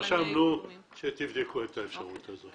רשמנו שתבדקו את האפשרות הזאת.